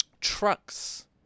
Trucks